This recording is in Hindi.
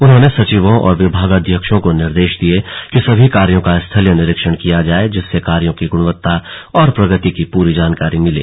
उन्होंने सचिवों और विभागाध्यक्षों को निर्देश दिये कि सभी कार्यो का स्थलीय निरीक्षण किया जाए जिससे कार्यों की गुणवत्ता और प्रगति की पूरी जानकारी मिले